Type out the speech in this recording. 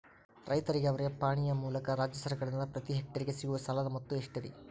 ರೈತರಿಗೆ ಅವರ ಪಾಣಿಯ ಮೂಲಕ ರಾಜ್ಯ ಸರ್ಕಾರದಿಂದ ಪ್ರತಿ ಹೆಕ್ಟರ್ ಗೆ ಸಿಗುವ ಸಾಲದ ಮೊತ್ತ ಎಷ್ಟು ರೇ?